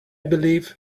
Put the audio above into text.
believe